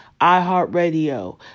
iHeartRadio